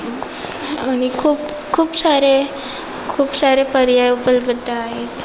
आणि खूप खूप सारे खूप सारे पर्याय उपलब्ध आहेत